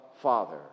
Father